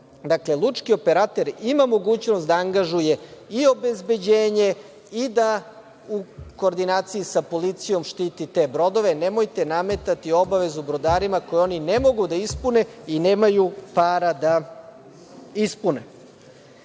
Dakle, lučki operater ima mogućnost da angažuje i obezbeđenje i da u koordinaciji sa policijom štiti te brodove. Nemojte nametati obavezu brodarima ako oni ne mogu da ispune i nemaju para da ispune. Takođe,